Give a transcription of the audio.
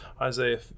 Isaiah